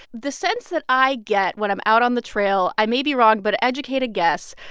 the sense that i get when i'm out on the trail i may be wrong, but educated guess